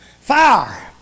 Fire